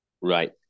Right